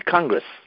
Congress